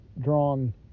drawn